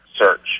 search